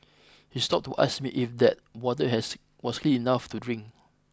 he stopped to ask me if that water has was clean enough to drink